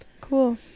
Cool